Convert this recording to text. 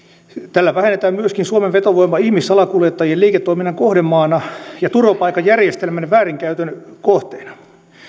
tällä vähennetään myöskin suomen vetovoimaa ihmissalakuljettajien liiketoiminnan kohdemaana ja turvapaikkajärjestelmän väärinkäytön kohteena